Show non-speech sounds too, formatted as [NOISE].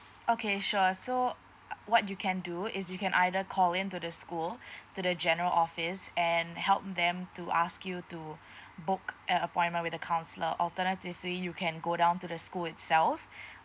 okay sure so what you can do is you can either call in to the school [BREATH] to the general office and help them to ask you to [BREATH] book an appointment with the counselor alternatively you can go down to the school itself [BREATH]